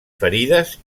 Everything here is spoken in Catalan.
ferides